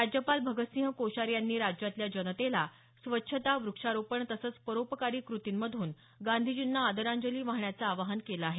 राज्यपाल भगत सिंह कोश्यारी यांनी राज्यातल्या जनतेला स्वच्छता व्रक्षारोपण तसंच परोपकारी कृतींमधून महात्मा गांधी यांना आदरांजली वाहण्याचं आवाहन केलं आहे